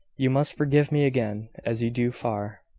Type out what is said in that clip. you must forgive me again, as you do far,